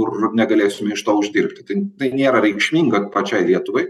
kur negalėsim iš to uždirbti tai nėra reikšminga pačiai lietuvai